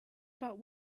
about